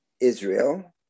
Israel